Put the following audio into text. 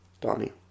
Donnie